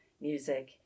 music